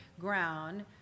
ground